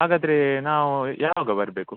ಹಾಗಾದ್ರೇ ನಾವು ಯಾವಾಗ ಬರಬೇಕು